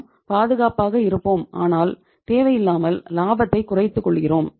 நாம் பாதுகாப்பாக இருப்போம் ஆனால் தேவையே இல்லாமல் லாபத்தை குறைத்துக் கொள்கிறோம்